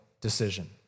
decision